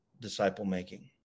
disciple-making